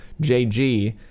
JG